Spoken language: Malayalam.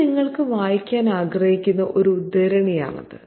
ഞാൻ നിങ്ങൾക്ക് വായിക്കാൻ ആഗ്രഹിക്കുന്ന ഒരു ഉദ്ധരണിയാണിത്